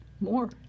more